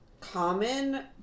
common